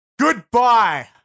Goodbye